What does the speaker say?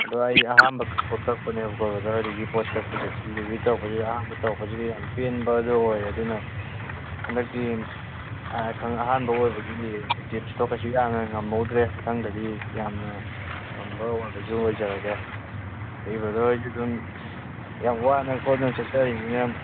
ꯑꯗꯣ ꯑꯩꯗꯤ ꯑꯍꯥꯝꯕ ꯀꯛꯄꯅꯦꯕꯀꯣ ꯕ꯭ꯔꯗꯔ ꯍꯣꯏꯗꯒꯤ ꯄꯣꯠ ꯀꯛꯄꯁꯦ ꯗꯦꯂꯤꯕꯔꯤ ꯇꯧꯔꯛꯄꯁꯨ ꯑꯍꯥꯟꯕ ꯇꯧꯔꯛꯄꯁꯤꯗ ꯌꯥꯝꯅ ꯄꯦꯟꯕꯗꯣ ꯑꯣꯏꯔꯦ ꯑꯗꯨꯅ ꯍꯟꯗꯛꯇꯤ ꯑꯍꯥꯟꯕ ꯑꯣꯏꯕꯒꯤ ꯇꯤꯞꯁꯇꯣ ꯀꯩꯁꯨ ꯌꯥꯝꯅ ꯉꯝꯍꯧꯗ꯭ꯔꯦ ꯃꯊꯪꯗꯗꯤ ꯌꯥꯝꯅ ꯉꯝꯕ ꯑꯣꯏꯕꯁꯨ ꯑꯣꯏꯖꯔꯒꯦ ꯑꯗꯒꯤ ꯕ꯭ꯔꯗꯔ ꯍꯣꯏꯁꯨ ꯑꯗꯨꯝ ꯌꯥꯝ ꯋꯥꯅ ꯈꯣꯠꯅ ꯆꯠꯆꯔꯤꯅꯤꯅ